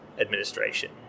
administration